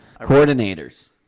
Coordinators